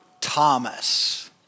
Thomas